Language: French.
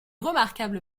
remarquable